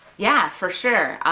yeah, for sure.